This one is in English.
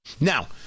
Now